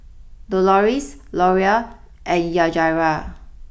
Dolores Loria and Yajaira